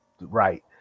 right